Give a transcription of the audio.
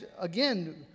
again